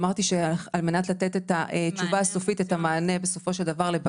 אמרתי שעל מנת לתת את התשובה הסופית והמענה לבג"ץ